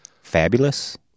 Fabulous